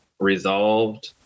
resolved